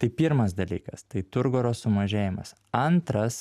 tai pirmas dalykas tai turgoro sumažėjimas antras